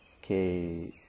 que